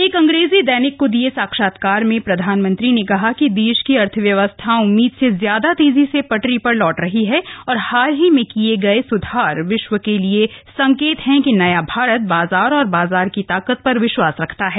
एक अंग्रेजी दैनिक को दिए साक्षात्कार में प्रधानमंत्री ने कहा कि देश की अर्थव्यवस्था उम्मीद से ज्यादा तेजी से पटरी पर लौट रही है और हाल में किए गए सुधार विश्व के लिए संकेत हैं कि नया भारत बाजार और बाजार की ताकत पर विश्वास रखता है